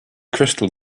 crystal